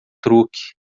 truque